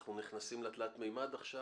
שאנחנו נכנסים לתלת מימד עכשיו.